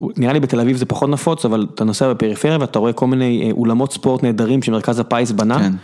נראה לי בתל אביב זה פחות נפוץ אבל אתה נוסע בפריפריה ואתה רואה כל מיני אולמות ספורט נהדרים שמרכז הפיס בנה.